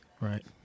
Right